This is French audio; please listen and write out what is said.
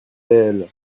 elle